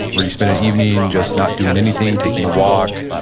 where you spend an evening just not doing anything, taking a walk,